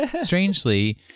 Strangely